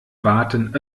warten